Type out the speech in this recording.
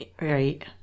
right